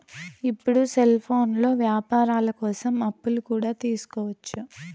ఇప్పుడు సెల్ఫోన్లో వ్యాపారాల కోసం అప్పులు కూడా తీసుకోవచ్చు